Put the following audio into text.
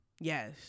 Yes